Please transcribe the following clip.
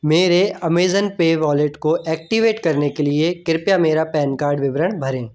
मेरे Amazon Pay wallet को activate करने के लिए कृपया मेरा पैन कार्ड विवरण भरें